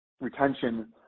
retention